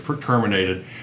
terminated